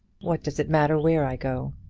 what does it matter where i go?